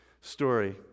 story